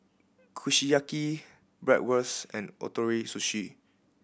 Kushiyaki Bratwurst and Ootoro Sushi